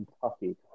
Kentucky